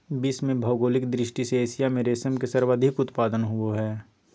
विश्व में भौगोलिक दृष्टि से एशिया में रेशम के सर्वाधिक उत्पादन होबय हइ